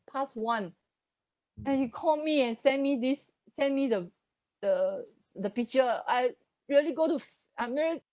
past one and he called me and sent me this sent me the the the picture I really go to I'm really